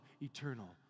eternal